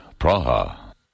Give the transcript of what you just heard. Praha